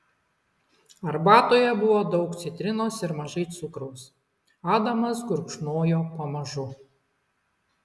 arbatoje buvo daug citrinos ir mažai cukraus adamas gurkšnojo pamažu